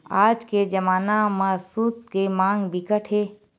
आज के जमाना म सूत के मांग बिकट हे